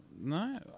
No